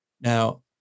Now